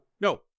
no